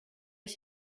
ich